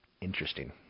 interesting